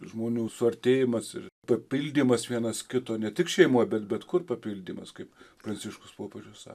žmonių suartėjimas ir papildymas vienas kito ne tik šeimoje bet bet kur papildymas kaip pranciškus popiežius sako